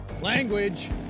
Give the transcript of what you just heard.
Language